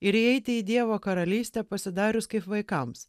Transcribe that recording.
ir įeiti į dievo karalystę pasidarius kaip vaikams